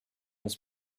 his